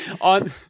on